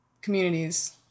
communities